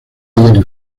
hielo